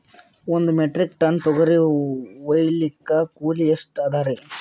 ಒಂದ್ metric ton ತೊಗರಿ ಹೋಯಿಲಿಕ್ಕ ಕೂಲಿ ಎಷ್ಟ ಅದರೀ?